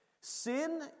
sin